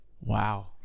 Wow